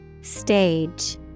Stage